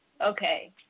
Okay